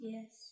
Yes